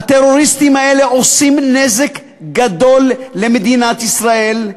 הטרוריסטים האלה עושים נזק גדול למדינת ישראל,